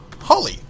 Holly